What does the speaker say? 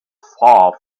far